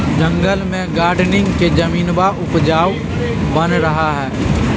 जंगल में गार्डनिंग में जमीनवा उपजाऊ बन रहा हई